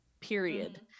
period